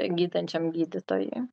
gydančiam gydytojui